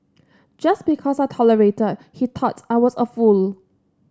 just because I tolerated he thought I was a fool